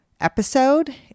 episode